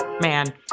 Man